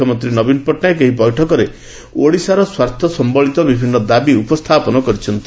ମୁଖ୍ୟମନ୍ତୀ ନବୀନ ପଟ୍ଟନାୟକ ଏହି ବୈଠକରେ ଓଡ଼ିଶାର ସ୍ୱାର୍ଥ ସମ୍ମଳିତ ବିଭିନ୍ନ ଦାବି ଉପସ୍ଥାପନ କରିଛନ୍ତି